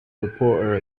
reporter